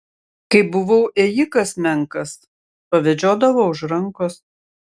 kai buvau ėjikas menkas pavedžiodavo už rankos